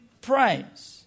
praise